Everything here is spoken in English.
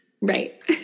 right